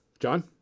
John